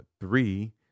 three